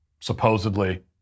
supposedly